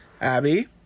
Abby